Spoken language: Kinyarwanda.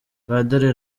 padiri